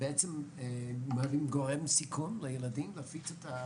בעצם מהווים גורם סיכון לילדים להפיץ את המחלה?